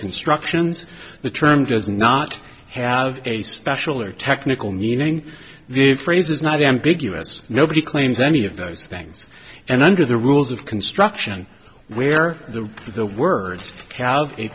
constructions the term does not have a special or technical meaning the phrase is not ambiguous nobody claims any of those things and under the rules of construction where the the words have a